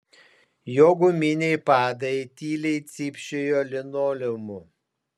jo guminiai padai tyliai cypčiojo linoleumu